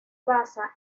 basa